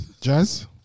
jazz